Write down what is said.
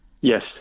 Yes